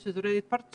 יש אזורי התפרצות.